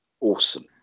awesome